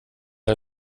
det